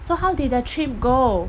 so how did the trip go